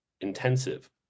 intensive